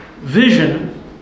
vision